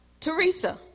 Teresa